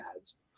ads